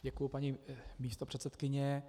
Děkuji, paní místopředsedkyně.